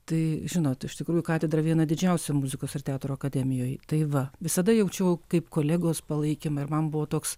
tai žinot iš tikrųjų katedra viena didžiausių muzikos ir teatro akademijoj tai va visada jaučiau kaip kolegos palaikymą ir man buvo toks